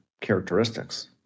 characteristics